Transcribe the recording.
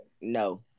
No